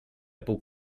puc